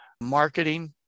marketing